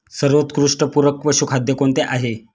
सर्वोत्कृष्ट पूरक पशुखाद्य कोणते आहे?